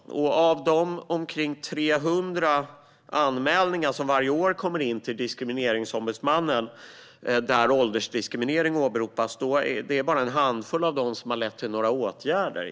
Av de omkring 300 anmälningar som varje år kommer in till Diskrimineringsombudsmannen där åldersdiskriminering åberopas är det bara en handfull som har lett till några åtgärder.